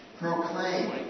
Proclaim